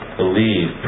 believe